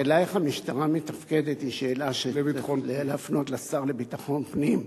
השאלה איך המשטרה מתפקדת היא שאלה שכדאי להפנות לשר לביטחון פנים.